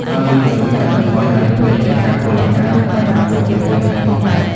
ហើយវាក៏ជួយកាត់បន្ថយហានិភ័យនៃការពុលអាហារ និងបញ្ហាសុខភាពផ្សេងៗផងដែរ។